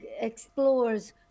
explores